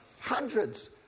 hundreds